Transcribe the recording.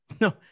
No